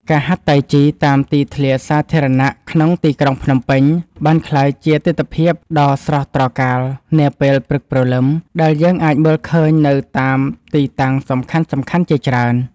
ការហាត់តៃជីតាមទីធ្លាសាធារណៈក្នុងទីក្រុងភ្នំពេញ បានក្លាយជាទិដ្ឋភាពដ៏ស្រស់ត្រកាលនាពេលព្រឹកព្រលឹម ដែលយើងអាចមើលឃើញនៅតាមទីតាំងសំខាន់ៗជាច្រើន។